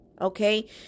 Okay